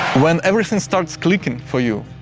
when everything starts clicking for you,